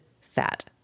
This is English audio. fat